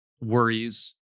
worries